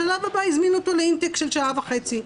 בשלב הבא הזמינו אותו לאינטק של שעה וחצי,